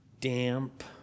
damp